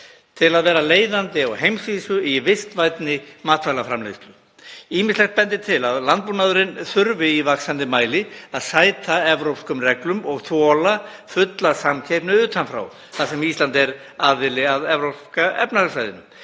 til að vera leiðandi á heimsvísu í vistvænni matvælaframleiðslu. Ýmislegt bendir til að landbúnaðurinn þurfi í vaxandi mæli að sæta evrópskum reglum og þola fulla samkeppni utan frá þar sem Ísland er aðili að Evrópska efnahagssvæðinu.